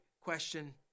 question